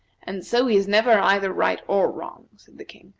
and so he is never either right or wrong, said the king.